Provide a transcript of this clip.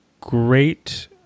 great